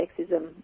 sexism